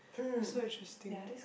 so interesting